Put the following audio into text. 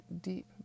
deep